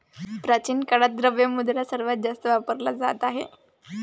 प्राचीन काळात, द्रव्य मुद्रा सर्वात जास्त वापरला जात होता